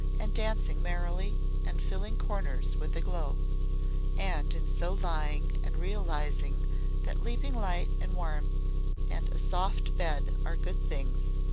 and dancing merrily and filling corners with a glow and in so lying and realizing that leaping light and warmth and a soft bed are good things,